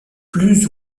plus